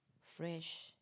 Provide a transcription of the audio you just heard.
Fresh